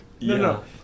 No